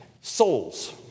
souls